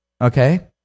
Okay